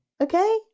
okay